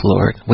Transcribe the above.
Lord